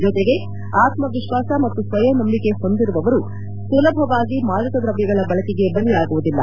ಜತೆಗೆ ಆಕ್ಷವಿತ್ತಾಸ ಮತ್ತು ಸ್ವಯಂ ನಂಬಿಕೆ ಹೊಂದಿರುವವರು ಸುಲಭವಾಗಿ ಮಾದಕ ದ್ರವ್ಯಗಳ ಬಳಕೆಗೆ ಬಲಿಯಾಗುವುದಿಲ್ಲ